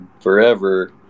forever